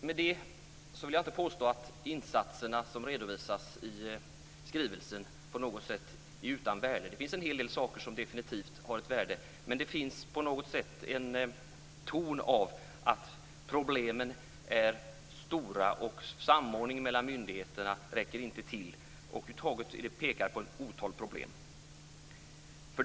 Med det vill jag inte påstå att insatserna som redovisas i skrivelsen på något sätt är utan värde. Det finns en hel del saker som definitivt har ett värde. Men det finns på något sätt en ton av att problemen är stora och att samordningen mellan myndigheterna inte räcker till. Över huvud taget pekas på ett otal problem. Herr talman!